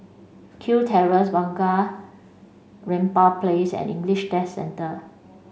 Kew Terrace Bunga Rampai Place and English Test Centre